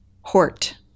Hort